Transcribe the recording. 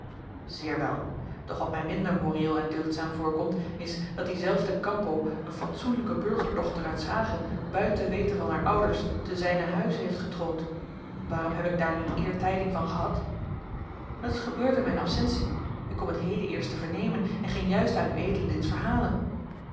zeer wel doch wat mij minder moreel en deugdzaam voorkomt is dat die zelfde campo een fatsoenlijke burgerdochter uit s hage buiten weten van haar ouders te zijnen huize heeft getroond waarom heb ik daar niet eer tijding van gehad het is gebeurd in mijn absentie ik kom het heden eerst te vernemen en ging juist aan uea dit verhalen